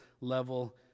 level